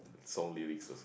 song lyrics also